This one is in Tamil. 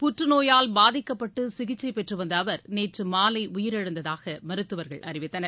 புற்றுநோயால் பாதிக்கப்பட்டு சிகிச்சை பெற்று வந்த அவர் நேற்று மாலை உயிரிழந்ததாக மருத்துவர்கள் அறிவித்தனர்